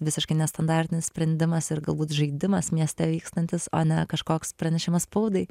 visiškai nestandartinis sprendimas ir galbūt žaidimas mieste vykstantis o ne kažkoks pranešimas spaudai